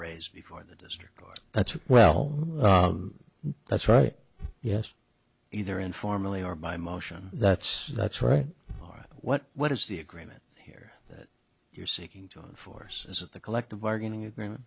raised before the district that's well that's right yes either informally or by motion that's that's right or what what is the agreement here that you're seeking to force as the collective bargaining agreement